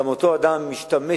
גם אותו אדם משתמש,